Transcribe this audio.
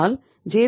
ஆனால் ஜே